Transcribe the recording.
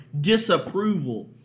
disapproval